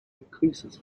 increases